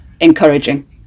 encouraging